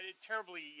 terribly